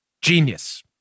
Genius